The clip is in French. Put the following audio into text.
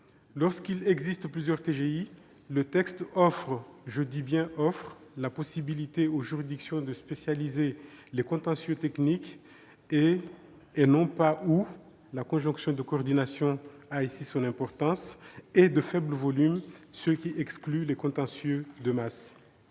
Lorsqu'il existe plusieurs TGI, le texte offre, je dis bien « offre », la possibilité aux juridictions de spécialiser les contentieux techniques et- et non pas ou, car la conjonction de coordination a ici son importance -de faibles volumes, ce qui exclut les contentieux de masse.